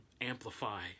amplify